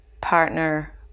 partner